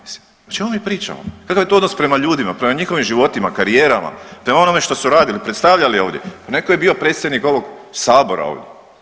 Mislim o čemu mi pričamo, kakav je to odnos prema ljudima, prema njihovim životima, karijerama, prema onome što su radili, predstavljali ovdje, neko je bio predsjednik ovog sabora ovdje.